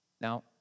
Now